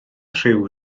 rhyw